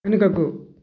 వెనుకకు